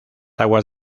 aguas